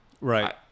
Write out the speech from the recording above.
Right